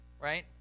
right